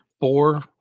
Four